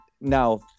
Now